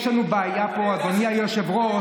יש לנו בעיה פה, אדוני היושב-ראש.